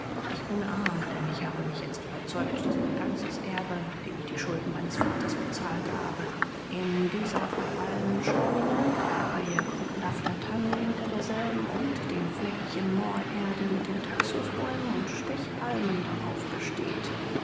ich bin arm denn ich habe mich jetzt überzeugt daß mein ganzes erbe nachdem ich die schulden meines vaters bezahlt habe in dieser verfallenen scheune der reihe krüppelhafter tannen hinter derselben und dem fleckchen moorerde mit den taxusbäumen und stechpalmen darauf besteht